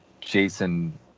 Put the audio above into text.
jason